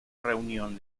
reunión